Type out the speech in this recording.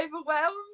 overwhelmed